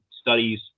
studies